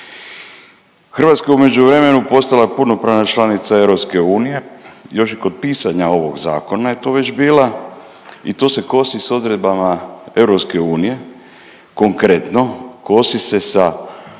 Hrvatska je u međuvremenu postala punopravna članica EU, još i kod pisanja ovog zakona je to već bila i to se kosi s odredbama EU konkretno kosi se sa